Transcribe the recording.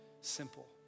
simple